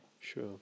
sure